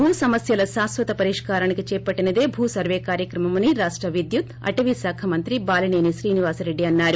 భూ సమస్యల శాశ్వత పరిష్కారానికి చేపట్టినదే భూసర్వే కార్యక్రమమని రాష్ట విద్యుత్ అటవీ శాఖ మంత్రి బాలిసేని శ్రీనివాసరెడ్డి అన్నారు